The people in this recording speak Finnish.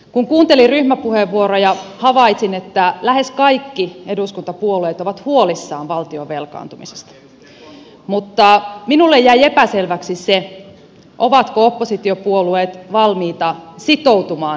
kun kuuntelin ryhmäpuheenvuoroja havaitsin että lähes kaikki eduskuntapuolueet ovat huolissaan valtion velkaantumisesta mutta minulle jäi epäselväksi se ovatko oppositiopuolueet valmiita sitoutumaan velkaantumisen taittamiseen